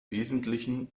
wesentlichen